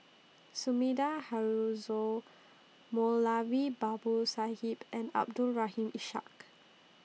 Sumida Haruzo Moulavi Babu Sahib and Abdul Rahim Ishak